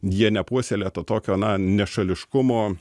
jie nepuoselėja to tokio na nešališkumo